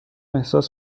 احساس